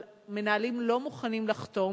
אבל מנהלים לא מוכנים לחתום.